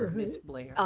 ms. blair.